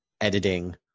editing